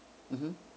mmhmm